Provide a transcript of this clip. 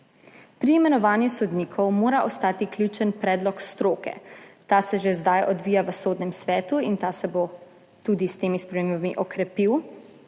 Pri imenovanju sodnikov mora ostati ključen predlog stroke. Ta se že zdaj odvija v Sodnem svetu in se bo tudi s temi spremembami okrepil.